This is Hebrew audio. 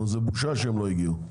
זו בושה שהם לא הגיעו.